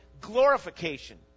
glorification